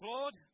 Lord